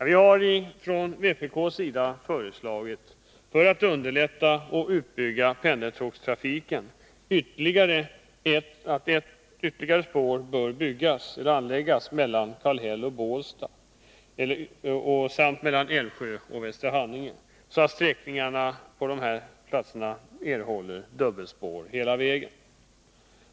Vi har från vpk föreslagit att man, för att underlätta och bygga ut pendeltågstrafiken, bör anlägga ytterligare ett spår mellan Kallhäll och Bålsta samt mellan Älvsjö och Västerhaninge, så att sträckningarna erhåller dubbelspår hela vägen.